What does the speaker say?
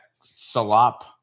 salop